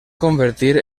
convertir